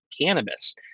Cannabis